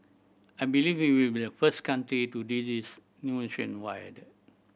I believe we will be the first country to do this nationwide